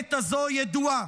האמת הזאת ידועה.